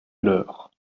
l’heure